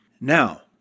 Now